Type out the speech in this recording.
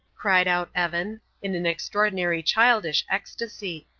cried out evan, in an extraordinary childish ecstasy.